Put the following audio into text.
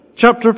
Chapter